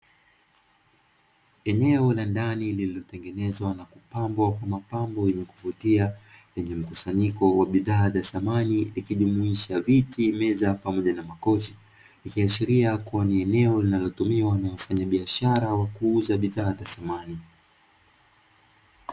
Eneo la ndani lililotengenezwa na kupambwa kwa mapambo yenye kuvutia yenye mkusanyiko wa bidhaa za samani ikijumuisha viti ,meza pamoja na makoshi ikiashiria kuwa ni eneo linalotumiwa wanaofanya biashara wa kuuza bidhaa za samani.